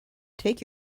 take